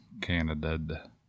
Canada